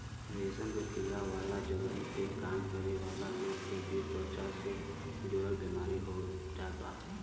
रेशम के कीड़ा वाला जगही पे काम करे वाला लोग के भी त्वचा से जुड़ल बेमारी हो जात बा